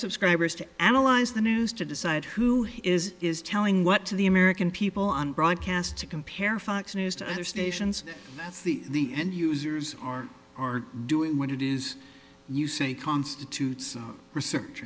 subscribers to analyze the news to decide who he is is telling what to the american people on broadcast to compare fox news to other stations that's the end users are are doing what it is you say constitutes research